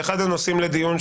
זה אחד הנושאים לדיון,